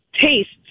tastes